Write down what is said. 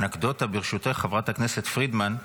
אנקדוטה, ברשותך, חברת הכנסת פרידמן,